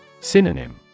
Synonym